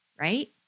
right